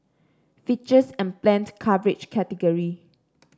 features and planned coverage category